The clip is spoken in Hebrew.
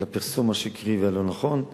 לפרסום השקרי והלא-נכון.